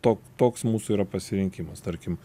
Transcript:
to toks mūsų yra pasirinkimas tarkim